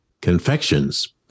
Confections